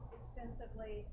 extensively